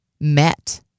met